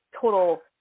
total